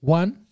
one